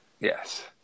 Yes